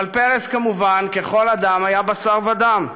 אבל פרס, כמובן, ככל אדם, היה בשר ודם.